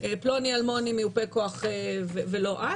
פלוני אלמוני מיופה כוח ולא את,